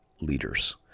leaders